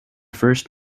first